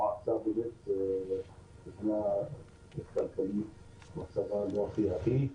המועצה באמת מבחינת כלכלית מצבה לא הכי הכי.